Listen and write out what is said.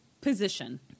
Position